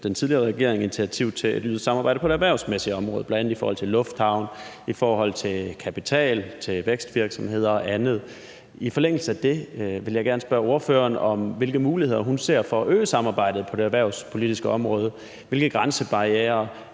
den tidligere regering initiativ til et øget samarbejde på det erhvervsmæssige område, bl.a. i forhold til lufthavne, i forhold til kapital, vækstvirksomheder og andet. I forlængelse af det vil jeg gerne spørge ordføreren om, hvilke muligheder hun ser for at øge samarbejdet på det erhvervspolitiske område: Hvilke grænsebarrierer,